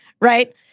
Right